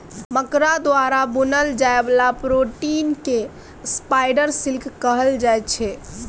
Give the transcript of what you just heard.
मकरा द्वारा बुनल जाइ बला प्रोटीन केँ स्पाइडर सिल्क कहल जाइ छै